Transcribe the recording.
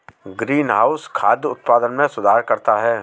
greenhouse खाद्य उत्पादन में सुधार करता है